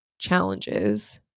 challenges